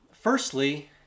Firstly